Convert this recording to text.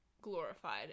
glorified